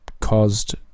caused